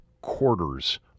quarters